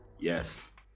Yes